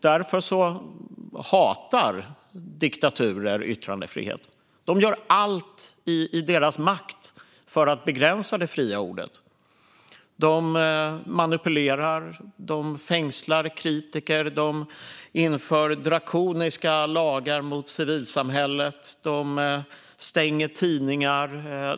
Därför hatar diktaturer yttrandefrihet. De gör allt i sin makt för att begränsa det fria ordet. De manipulerar. De fängslar kritiker. De inför drakoniska lagar mot civilsamhället. De stänger tidningar.